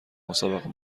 مسابقه